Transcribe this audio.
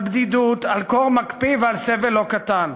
על בדידות, על קור מקפיא ועל סבל לא קטן.